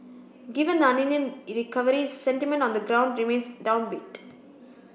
given the recovery sentiment on the ground remains downbeat